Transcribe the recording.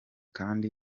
kandi